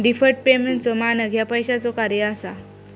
deferred पेमेंटचो मानक ह्या पैशाचो कार्य असा